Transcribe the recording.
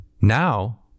Now